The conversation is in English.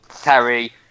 Terry